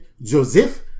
Joseph